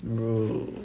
bro